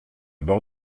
bord